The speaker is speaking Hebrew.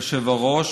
אדוני היושב-ראש,